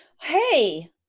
hey